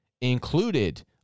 included